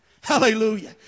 Hallelujah